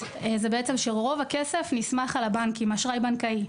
היא שבעצם רוב הכסף נסמך על האשראי הבנקאי.